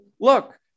look